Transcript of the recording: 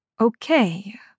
Okay